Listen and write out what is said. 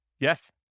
Yes